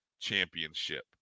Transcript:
Championship